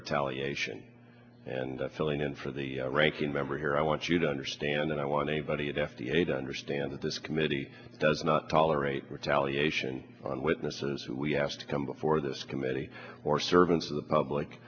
retaliation and filling in for the ranking member here i want you to understand that i want anybody at f d a to understand that this committee does not tolerate retaliation on witnesses who we asked to come before this committee or servants of the public